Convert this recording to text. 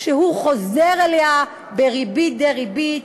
שחוזר אליה בריבית דריבית.